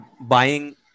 buying